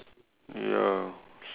ya